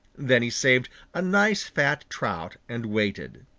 then he saved a nice fat trout and waited.